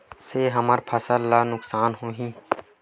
से हमर फसल ला नुकसान होही?